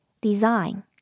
Design